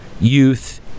youth